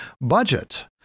budget